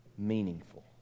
meaningful